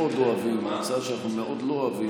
מאוד אוהבים והצעה שאנחנו מאוד לא אוהבים,